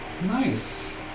Nice